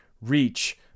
reach